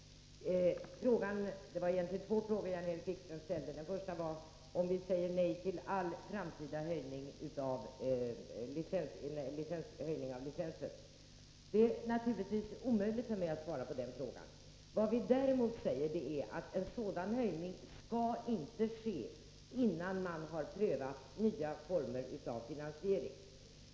Herr talman! Det är riktigt att jag måste replikera direkt på Jan-Erik Wikströms fråga. Det var egentligen två frågor Jan-Erik Wikström ställde. Den första var om vi säger nej till all framtida höjning av licensen. Det är naturligtvis omöjligt för mig att svara på den frågan. Vad vi däremot säger är att en sådan höjning inte skall ske, innan man har prövat nya former av finansiering.